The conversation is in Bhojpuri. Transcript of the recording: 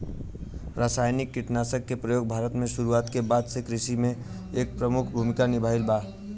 रासायनिक कीटनाशक के प्रयोग भारत में शुरुआत के बाद से कृषि में एक प्रमुख भूमिका निभाइले बा